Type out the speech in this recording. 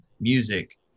music